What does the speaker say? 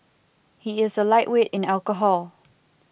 he is a lightweight in alcohol